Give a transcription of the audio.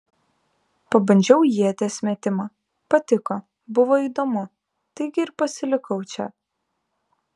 pabandžiau ieties metimą patiko buvo įdomu taigi ir pasilikau čia